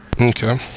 Okay